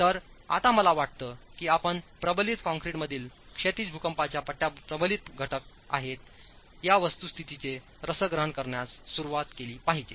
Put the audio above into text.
तर आता मला वाटतं की आपण प्रबलित कंक्रीटमधील क्षैतिज भूकंपाच्या पट्ट्या प्रबलित घटक आहेत या वस्तुस्थितीचे रसग्रहण करण्यास सुरवात केली पाहिजे